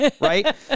Right